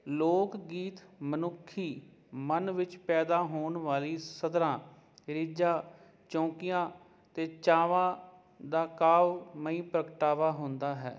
ਲੋਕ ਗੀਤ ਮਨੁੱਖੀ ਮਨ ਵਿੱਚ ਪੈਦਾ ਹੋਣ ਵਾਲੀ ਸਧਰਾਂ ਰੀਝਾਂ ਚੌਂਕੀਆਂ ਅਤੇ ਚਾਵਾਂ ਦਾ ਕਾਵਮਈ ਪ੍ਰਗਟਾਵਾ ਹੁੰਦਾ ਹੈ